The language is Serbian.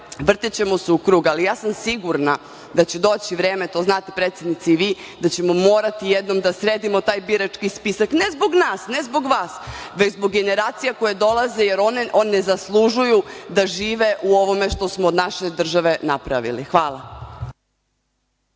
vrtećemo se u krug. Ali, ja sam sigurna da će doći vreme, to znate predsednice i vi, da ćemo morati jednom da sredimo taj birački spisak, ne zbog nas, ne zbog vas, već zbog generacija koje dolaze, jer one ne zaslužuju da žive u ovome što smo od naše države napravili. Hvala.